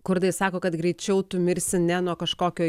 kurdai sako kad greičiau tu mirsi ne nuo kažkokio